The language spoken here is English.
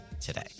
today